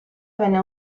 venne